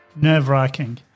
Nerve-wracking